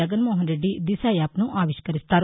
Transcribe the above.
Jaganmohan Reddy Disha app ను ఆవిష్కరిస్తారు